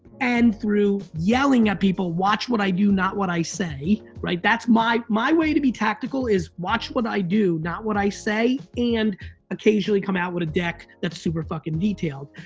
and through yelling at people, watch what i do, not what i say. right, that's my my way to be tactical, is watch what i do, not what i say, and occasionally come out with a deck that's super fucking detailed.